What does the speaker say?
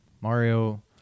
Mario